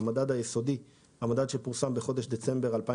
"המדד היסודי" המדד שפורסם בחודש דצמבר 2019."